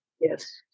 Yes